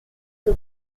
sur